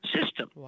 system